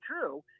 true